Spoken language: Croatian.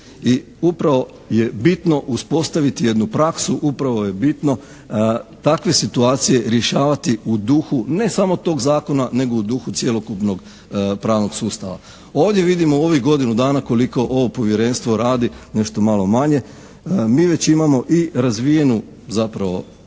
I upravo je bitno uspostaviti jednu praksu, upravo je bitno takve situacije rješavati u duhu ne samo tog zakona nego u duhu cjelokupnog pravnog sustava. Ovdje vidimo u ovih godinu dana koliko ovo povjerenstvo radi, nešto malo manje. Mi već imamo i razvijenu zapravo samu praksu